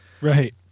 Right